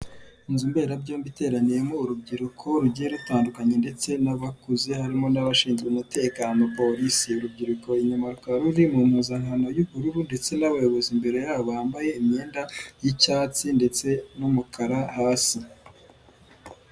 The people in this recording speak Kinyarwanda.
Inzu mberabyombi iteraniyemo urubyiruko rugiye rutandukanye ndetse n'abakuze harimo n'abashinzwe umutekano polisi. Urubyiruko inyama rukaba ruri mu mpuzankano y'ubururu ndetse n'abayobozi imbere yabo bambaye imyenda y'icyatsi ndetse n'umukara hasi.